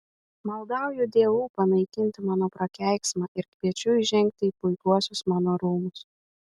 maldauju dievų panaikinti mano prakeiksmą ir kviečiu įžengti į puikiuosius mano rūmus